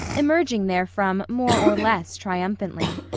emerging therefrom more or less triumphantly.